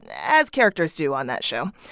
as characters do on that show.